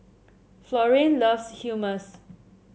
Florian loves Hummus